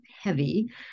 heavy